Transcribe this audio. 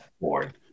board